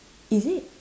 is it